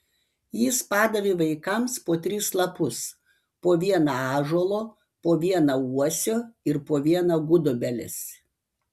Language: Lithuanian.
jis padavė vaikams po tris lapus po vieną ąžuolo po vieną uosio ir po vieną gudobelės